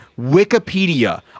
Wikipedia